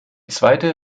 zweite